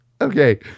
okay